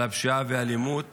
על הפשיעה והאלימות